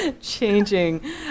changing